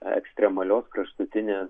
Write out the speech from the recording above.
ekstremalios kraštutinės